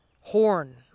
horn